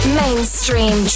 mainstream